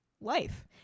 life